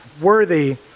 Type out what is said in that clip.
worthy